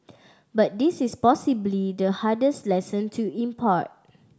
but this is possibly the hardest lesson to impart